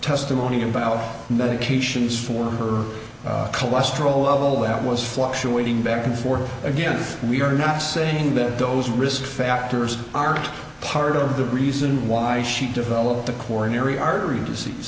testimony about medications for her cholesterol level that was fluctuating back and forth again we are not saying that those risk factors are part of the reason why she developed the coronary artery disease